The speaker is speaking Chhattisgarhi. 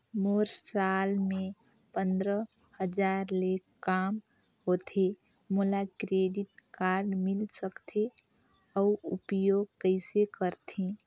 मोर साल मे पंद्रह हजार ले काम होथे मोला क्रेडिट कारड मिल सकथे? अउ उपयोग कइसे करथे?